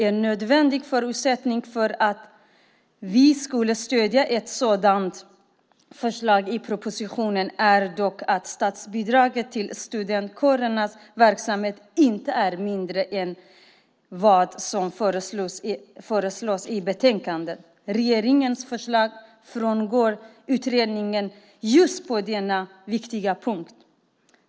En nödvändig förutsättning för att vi skulle stödja ett sådant förslag i en proposition är dock att statsbidraget till studentkårernas verksamhet inte är mindre än vad som föreslås i betänkandet. Regeringens förslag frångår utredningen just på denna viktiga punkt.